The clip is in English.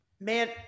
Man